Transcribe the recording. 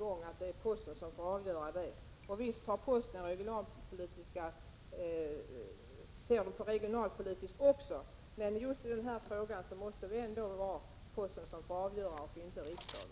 om att det är posten som får avgöra detta. Visst tar posten också regionalpolitiska hänsyn, men just i den här frågan måste det ändå vara posten som får avgöra och inte riksdagen.